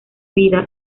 vida